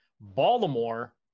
baltimore